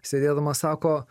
sėdėdamas sako